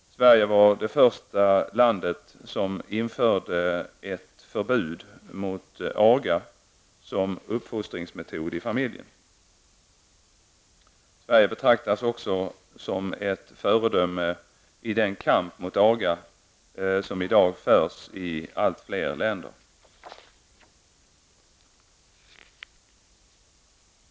Sverige var det första land som införde ett förbud mot aga som uppfostringsmetod inom familjen. Sverige betraktas också som ett föredöme i den kamp mot aga som i dag förs i allt fler länder.